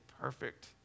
perfect